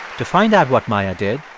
to find out what maya did,